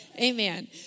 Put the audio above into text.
Amen